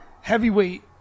heavyweight